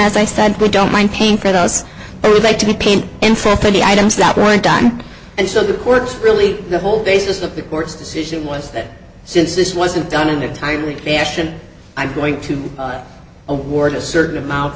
as i said we don't mind paying for those who would like to be paid in full for the items that weren't done and so the words really the whole basis of the court's decision was that since this wasn't done in a timely fashion i'm going to award a certain amount